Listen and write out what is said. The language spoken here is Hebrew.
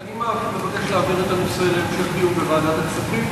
אני מבקש להעביר את הנושא להמשך דיון בוועדת הכספים,